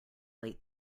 late